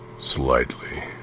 Slightly